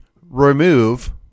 remove